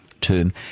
term